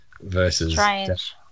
versus